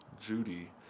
Judy